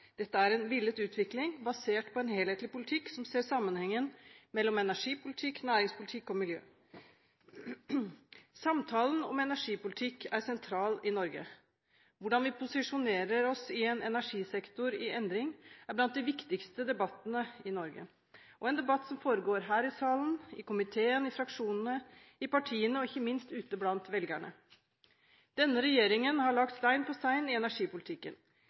Dette er en villet utvikling, basert på en helhetlig politikk som ser sammenhengen mellom energipolitikk, næringspolitikk og miljø. Samtalen om energipolitikk er sentral i Norge. Hvordan vi posisjonerer oss i en energisektor i endring, er blant de viktigste debattene i Norge og en debatt som foregår her i salen, i komiteen, i fraksjonene, i partiene og, ikke minst, ute blant velgerne. Denne regjeringen har lagt stein på stein i energipolitikken.